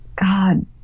God